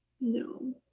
No